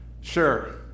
sure